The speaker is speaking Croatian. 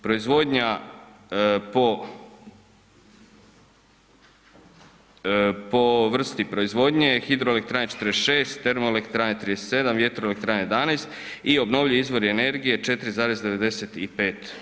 Proizvodnja po vrsti proizvodnje, hidroelektrane 46, termoelektrane 37, vjetroelektrane 11 i obnovljivi izvorni energije 4,95%